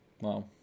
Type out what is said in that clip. Wow